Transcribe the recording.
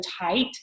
tight